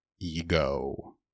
ego